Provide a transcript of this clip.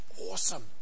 awesome